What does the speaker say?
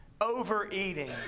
overeating